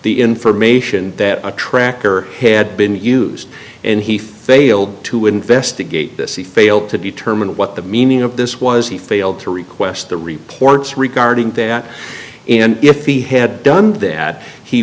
the information that a tracker had been used and he failed to investigate this he failed to determine what the meaning of this was he failed to request the reports regarding that and if he had done that he